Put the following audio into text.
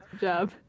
Job